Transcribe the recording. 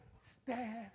stand